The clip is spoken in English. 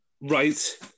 Right